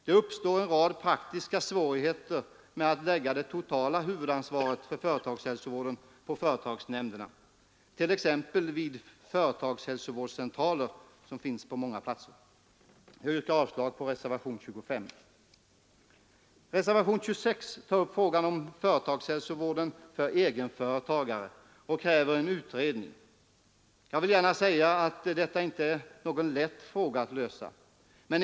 Det uppstår en rad praktiska svårigheter med att lägga det totala huvudansvaret för företagshälsovården på företagsnämnderna, t.ex. vid de företagshälsovårdscentraler som finns på många platser. Jag yrkar avslag på reservationen 25. Reservationen 26 tar upp frågan om företagshälsovården för egenföretagare och kräver en utredning. Jag vill gärna säga att detta inte är någon lätt fråga.